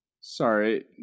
Sorry